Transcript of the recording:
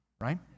right